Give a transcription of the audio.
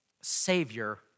Savior